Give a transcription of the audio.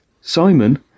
Simon